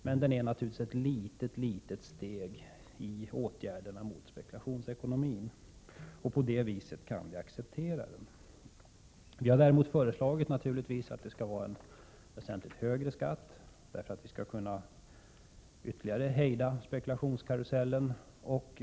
Skatten är emellertid ett litet steg när det gäller åtgärderna mot spekulationsekonomin, och det är därför som vi kan acceptera den. Vi har däremot föreslagit att skatten naturligtvis skall vara väsentlig högre för att vi ytterligare skall kunna hejda spekulationskarusellen.